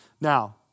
Now